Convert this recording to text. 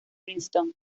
princeton